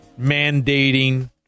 mandating